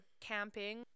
camping